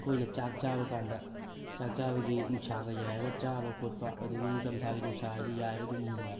ꯑꯩꯈꯣꯏꯅ ꯆꯥꯛ ꯆꯥꯕ ꯀꯥꯟꯗ ꯆꯥꯛ ꯆꯥꯕꯒꯤ ꯅꯨꯡꯁꯥꯒ ꯌꯥꯏꯔꯒ ꯆꯥꯕ ꯈꯣꯠꯄ ꯑꯗꯒꯤ ꯅꯤꯡꯊꯝꯊꯥꯒꯤ ꯅꯨꯡꯁꯥ ꯍꯥꯏꯁꯤ ꯌꯥꯏꯕꯗ ꯑꯗꯨꯝ ꯅꯨꯡꯉꯥꯏ